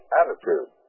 attitude